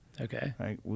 Okay